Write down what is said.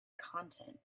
content